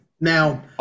Now